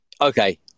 Okay